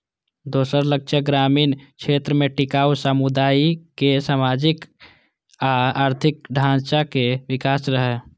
दोसर लक्ष्य ग्रामीण क्षेत्र मे टिकाउ सामुदायिक, सामाजिक आ आर्थिक ढांचाक विकास रहै